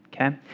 okay